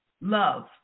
Love